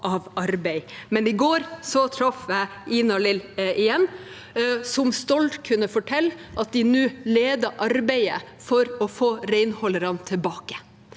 i går traff jeg Ina-Lill igjen, som stolt kunne fortelle at de nå leder arbeidet for å få renholderne tilbake